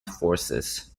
forces